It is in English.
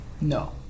No